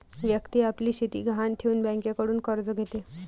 व्यक्ती आपली शेती गहाण ठेवून बँकेकडून कर्ज घेते